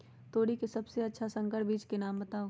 तोरी के सबसे अच्छा संकर बीज के नाम बताऊ?